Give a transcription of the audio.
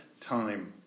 time